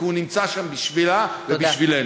כי הוא נמצא שם בשבילה ובשבילנו.